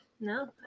No